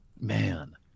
man